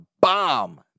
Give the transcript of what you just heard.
bomb